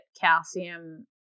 calcium